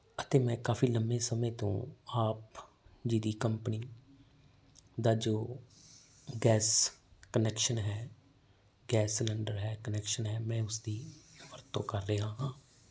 ਅਤੇ ਮੈਂ ਕਾਫੀ ਲੰਮੇ ਸਮੇਂ ਤੋਂ ਆਪ ਜੀ ਦੀ ਕੰਪਨੀ ਦਾ ਜੋ ਗੈਸ ਕਨੈਕਸ਼ਨ ਹੈ ਗੈਸ ਸਿਲੰਡਰ ਹੈ ਕਨੈਕਸ਼ਨ ਹੈ ਮੈਂ ਉਸਦੀ ਵਰਤੋਂ ਕਰ ਰਿਹਾ ਹਾਂ